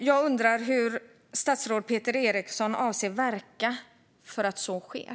Jag undrar därför hur statsrådet Peter Eriksson avser att verka för att så sker.